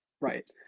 Right